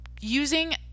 using –